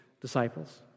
disciples